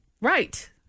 Right